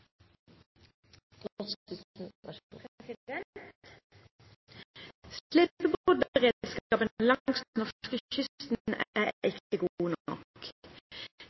Slepebåtberedskapen langs norskekysten er ikke god nok.